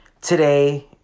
today